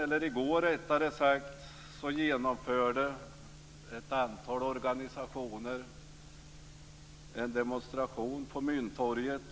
I går genomförde ett antal organisationer en demonstration på Mynttorget.